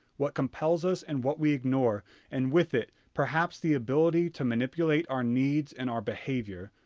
what compels us and what we ignore and with it perhaps the ability to manipulate our needs and our behavior.